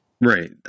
Right